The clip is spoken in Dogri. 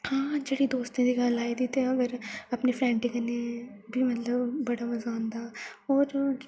हां जेह्ड़ी दोस्तें दी गल्ल आई जंदी ते अ'उं फिर अपनी फ्रैंड कन्नै बी मतलब बड़ा मजा आंदा होर